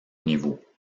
niveaux